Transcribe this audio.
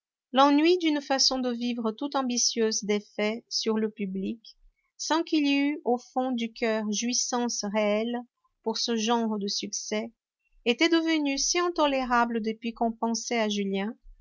l'ennui d'une façon de vivre toute ambitieuse d'effet sur le public sans qu'il y eût au fond du coeur jouissance réelle pour ce genre de succès était devenu si intolérable depuis qu'on pensait à julien